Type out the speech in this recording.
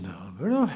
Dobro.